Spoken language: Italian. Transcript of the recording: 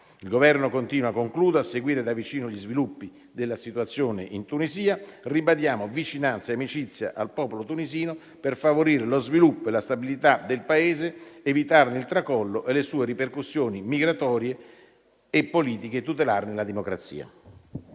Il Governo continua a seguire da vicino gli sviluppi della situazione in Tunisia. Ribadiamo vicinanza e amicizia al popolo tunisino, per favorire lo sviluppo e la stabilità del Paese, evitarne il tracollo e le sue ripercussioni migratorie e politiche e tutelarne la democrazia.